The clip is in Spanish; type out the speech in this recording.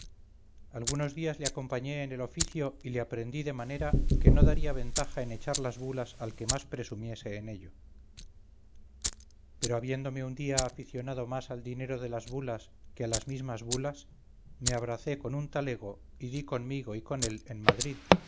algunos días le acompañé en el oficio y le aprendí de manera que no daría ventaja en echar las bulas al que más presumiese en ello pero habiéndome un día aficionado más al dinero de las bulas que a las mismas bulas me abracé con un talego y di conmigo y con él en madrid